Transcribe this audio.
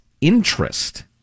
interest